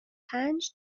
پنج